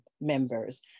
members